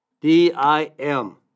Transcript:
D-I-M